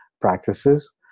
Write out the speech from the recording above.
practices